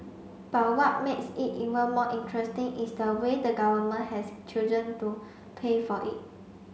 but what makes it even more interesting is the way the Government has chosen to pay for it